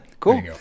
Cool